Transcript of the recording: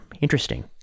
Interesting